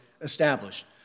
established